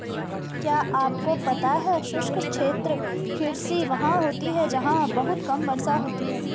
क्या आपको पता है शुष्क क्षेत्र कृषि वहाँ होती है जहाँ बहुत कम वर्षा होती है?